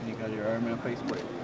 got your iron man face plate.